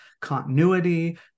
continuity